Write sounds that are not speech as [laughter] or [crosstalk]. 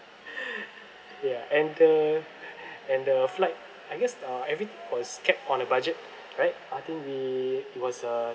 [laughs] ya and the and the flight I guess uh everything was kept on a budget right I think we it was a